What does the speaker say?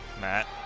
Matt